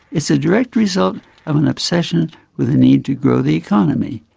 it's a direct result of an obsession with the need to grow the economy,